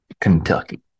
Kentucky